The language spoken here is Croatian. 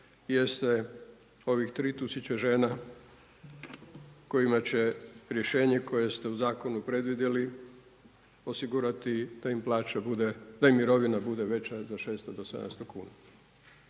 jeste ovih 3 tisuće žena kojima će rješenje koje ste u zakonu predvidjeli osigurati da im plaća bude, da im mirovina bude veća za 600 do 700 kuna.